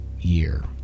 year